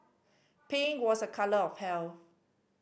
pink was a colour of health